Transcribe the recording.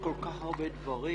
כל כך הרבה דברים.